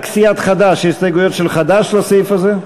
רק הסתייגויות של חד"ש לסעיף הזה.